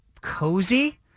cozy